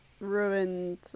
ruined